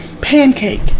pancake